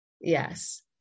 Yes